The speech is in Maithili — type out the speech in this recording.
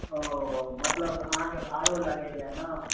ओ मतलब अहाँके भाड़ो लगैए नहि